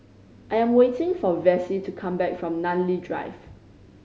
I am waiting for Vassie to come back from Namly Drive